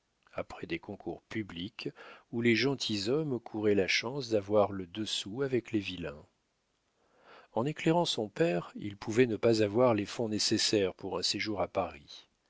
après des concours publics où les gentilshommes couraient la chance d'avoir le dessous avec les vilains en éclairant son père il pouvait ne pas avoir les fonds nécessaires pour un séjour à paris